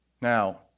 Now